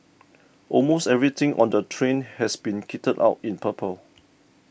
almost everything on the train has been kitted out in purple